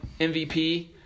MVP